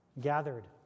Gathered